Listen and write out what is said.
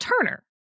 Turner